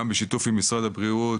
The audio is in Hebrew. גם בשיתוף עם משרד הבריאות,